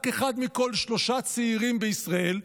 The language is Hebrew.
רק אחד מכל שלושה צעירים בישראל,